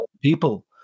people